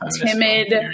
timid